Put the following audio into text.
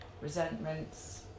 resentments